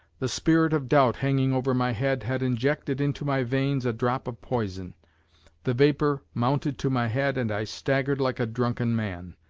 the spirit of doubt hanging over my head had injected into my veins a drop of poison the vapor mounted to my head and i staggered like a drunken man.